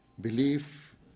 Belief